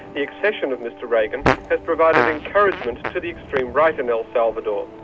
the accession of mr reagan has provided encouragement to the extreme right in el salvador.